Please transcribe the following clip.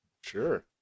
Sure